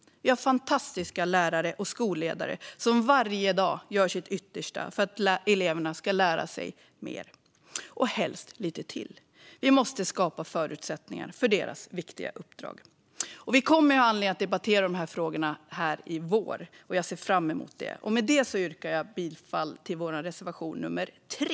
Vi har fantastiska lärare och skolledare, som varje dag gör sitt yttersta för att eleverna ska lära sig det de behöver och helst lite till. Vi måste skapa förutsättningar för deras viktiga uppdrag. Vi kommer att ha anledning att debattera de här frågorna i vår, och det ser jag fram emot. Med detta yrkar jag bifall till vår reservation 3.